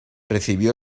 recibió